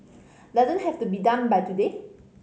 doesn't have to be done by today